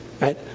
right